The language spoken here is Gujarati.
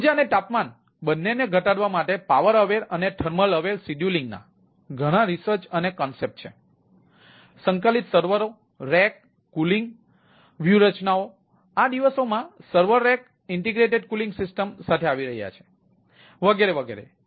ઊર્જા અને તાપમાન બંનેને ઘટાડવા માટે પાવર અવેર સાથે આવી રહ્યા છે વગેરે વગેરે